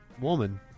woman